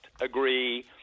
agree